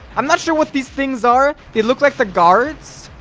i'm not sure what these things. are it look like the guards.